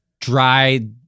dry